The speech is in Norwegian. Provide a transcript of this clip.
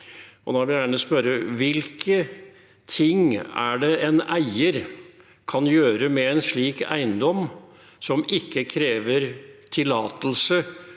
Da vil jeg gjerne spørre: Hva er det en eier kan gjøre med en slik eiendom som ikke krever tillatelse